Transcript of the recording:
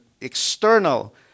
external